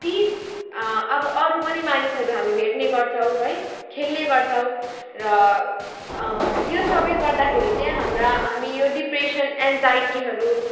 ती अब अरू पनि मानिसहरू हामी भेट्ने गर्छौँ है खेल्ने गर्छौँ र यो सबै गर्दाखेरि चाहिँ हाम्रा हामी यो डिप्रेसन् एङ्जाइटीहरू